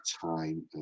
time